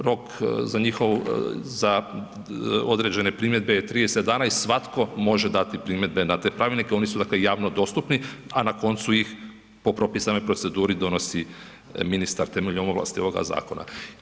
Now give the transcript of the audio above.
Rok za njihovu, za određene primjedbe je 30 dana i svatko može dati primjedbe na te pravilnike, oni su dakle javno dostupni, a na koncu ih po propisima i proceduri donosi ministar temeljem ovlasti ovoga zakona.